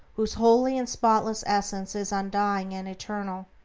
whose holy and spotless essence is undying and eternal.